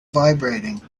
vibrating